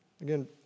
Again